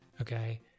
Okay